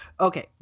Okay